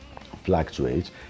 fluctuates